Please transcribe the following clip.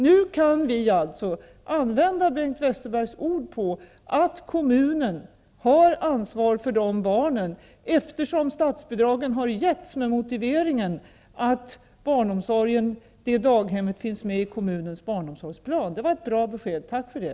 Nu kan vi alltså använda Bengt Westerbergs ord på att kommunen har ansvar för de barnen, eftersom statsbidraget har getts med motiveringen att daghemmet finns med i kommunens barnomsorgsplan. Det var ett bra besked. Tack för det!